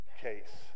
case